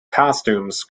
costumes